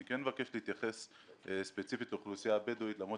אני כן מבקש להתייחס ספציפית לאוכלוסייה הבדואית למרות